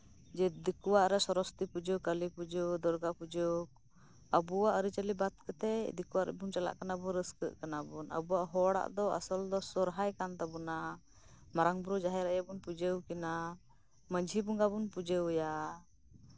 ᱫᱤᱠᱩᱣᱟᱜ ᱨᱮ ᱥᱚᱨᱚᱥᱚᱛᱤ ᱯᱩᱡᱟᱹ ᱠᱟᱹᱞᱤ ᱯᱩᱡᱟᱹ ᱫᱩᱨᱜᱟ ᱯᱩᱡᱟᱹ ᱟᱵᱚᱣᱟ ᱟᱹᱨᱤᱪᱟᱹᱞᱤ ᱵᱟᱫ ᱠᱟᱛᱮᱜ ᱫᱤᱠᱩᱣᱟᱜ ᱨᱮᱵᱚᱱ ᱪᱟᱞᱟᱜ ᱠᱟᱱᱟ ᱵᱚᱱ ᱨᱟᱥᱠᱟᱹᱜ ᱠᱟᱱᱟ ᱵᱚᱱ ᱟᱵᱚ ᱦᱚᱲᱟᱜ ᱫᱚ ᱟᱥᱚᱞ ᱫᱚ ᱥᱚᱨᱦᱟᱭ ᱠᱟᱱ ᱛᱟᱵᱳᱱᱟ ᱢᱟᱨᱟᱝ ᱵᱩᱨᱩ ᱡᱟᱸᱦᱮᱨ ᱟᱹᱭᱩ ᱵᱚᱱ ᱯᱩᱡᱟᱹᱣ ᱠᱤᱱᱟ ᱢᱟᱹᱡᱷᱤ ᱵᱚᱸᱜᱟ ᱵᱚᱱ ᱯᱩᱡᱟᱹ ᱟᱭᱟ